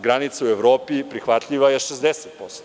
Granica u Evropi prihvatljiva je 60%